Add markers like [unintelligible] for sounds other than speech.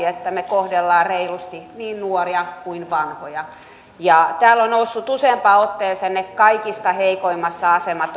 [unintelligible] että me kohtelemme reilusti niin nuoria kuin vanhoja täällä ovat nousseet useampaan otteeseen ne kaikista heikoimmassa asemassa